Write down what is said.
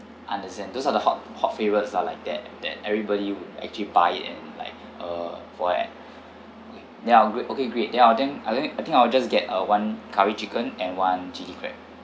understand those are the hot hot favorites ah like that that everybody would actually buy it and like uh for at then I'll great okay great then I'll then are then I think I'll just get a one curry chicken and one chilli crab